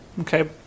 Okay